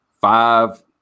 five